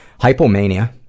hypomania